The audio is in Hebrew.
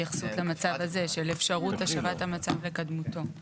התייחסות גם לצד הזה של אפשרות המצב לקדמותו.